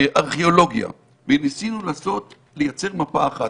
לארכיאולוגיה, וניסינו לייצר מפה אחת.